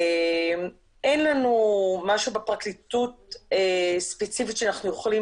אין לנו משהו בפרקליטות ספציפית שאנחנו יכולים